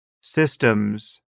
systems